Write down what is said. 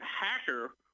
hacker